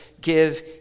give